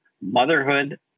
Motherhood